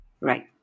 Right